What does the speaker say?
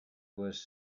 was